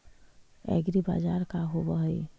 एग्रीबाजार का होव हइ?